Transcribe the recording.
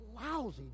lousy